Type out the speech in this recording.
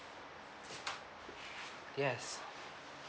yes